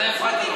אתה הפרעת לו.